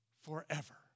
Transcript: forever